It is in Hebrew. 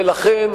ולכן,